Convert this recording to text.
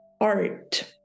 art